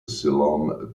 ceylon